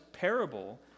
parable